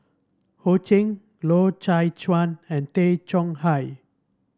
Ho Ching Loy Chye Chuan and Tay Chong Hai